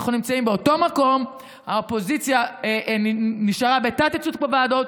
אנחנו נמצאים באותו מקום האופוזיציה נשארה בתת-ייצוג בוועדות,